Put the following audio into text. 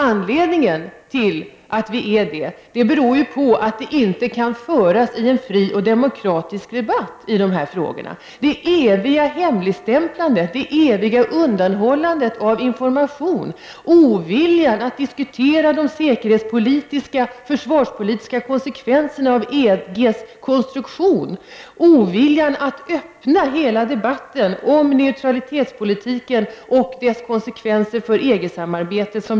Anledningen till det är att det inte kan föras nåagon fri och demokratisk debatt i dessa frågor. Det är ett evigt hemligstämplande och undanhållande av information. Regeringen har visat ovilja att diskutera de säkerhetspolitiska och försvarspolitiska konsekvenserna av EG:s konstruktion, en ovilja att öppna hela debatten om neutralitetspolitiken och dess konsekvenser för EG-samarbetet.